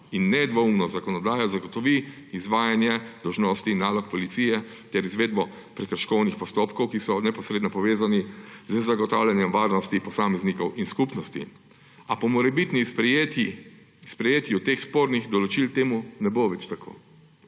in nedvoumno zakonodajo zagotovi izvajanje dolžnosti in nalog policije ter izvedbo prekrškovnih postopkov, ki so neposredno povezani z zagotavljanjem varnosti posameznikov in skupnosti. A po morebitnem sprejetju teh spornih določil temu ne bo več tako.